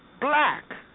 Black